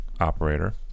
operator